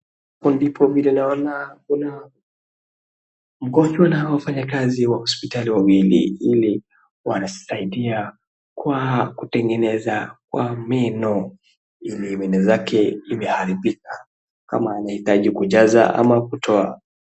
Hapo ndipo vile naona kuna mgonjwa na hao wafanyikazi wa hosipitali wawili ili wanasaidia kwa kutengeneza kwa meno . Ile meno zake iliharibika, kama inahitaji kujaza ama kutoa.